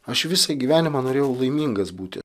aš visą gyvenimą norėjau laimingas būti